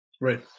right